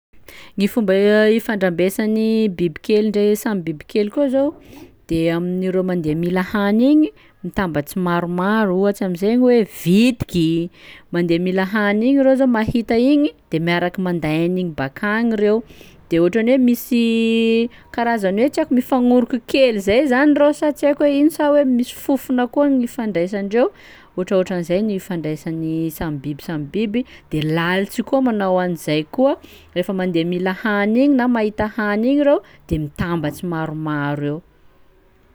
Gny fomba ifandrambesan'ny bibikely ndre samy bibikely koa zao de amin'ireo mandeha mila hany igny mitambatsy maromaro ohatsy am'izay gny hoe vitiky, mandeha mila hany igny reo zao mahita igny de miaraka manday an'igny bakagny reo, de ohatra ny hoe misy karazany hoe tsy haiko mifagnoroko kely zay zany reo sa tsy haiko hoe ino sa hoe misy fofona koa gny ifandraisandreo, ohatraohatran'izay ny ifandraisan'ny samy biby samby biby, de lalitsy io koa manao an'izay koa rehefa mandeha mila hany igny na mahita hany igny reo de miambatsy maromaro eo.